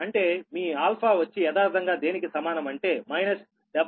అంటే మీ α వచ్చి యదార్ధంగా దేనికి సమానం అంటే మైనస్ 70